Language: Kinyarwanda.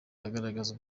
agaragaza